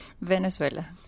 Venezuela